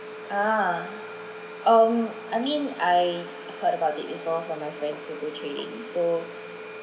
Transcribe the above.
um I mean I heard about it before from my friends who do tradings so[ah]